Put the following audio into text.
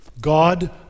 God